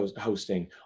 hosting